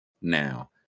now